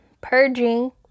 purging